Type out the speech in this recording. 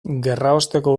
gerraosteko